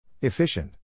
Efficient